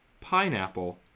pineapple